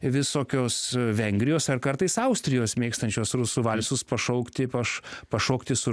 visokios a vengrijos ar kartais austrijos mėgstančios rusų valsus pašaukti paš pašokti su